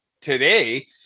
today